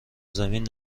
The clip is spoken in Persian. زمین